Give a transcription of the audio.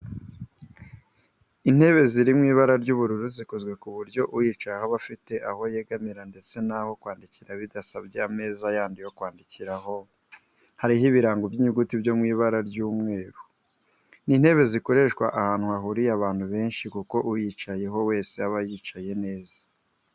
Intebe ziri mu ibara ry'ubururu zikozwe ku buryo uyicayeho aba afite aho yegamira ndetse n'aho kwandikira bidasabye ameza yandi yo kwandikiraho, hariho ibirango by'inyuguti byo mw'ibara ry'umweru. Ni intebe zakoreshwa ahantu hahuriye abantu benshi kuko uwayicaraho wese yaba yicaye neza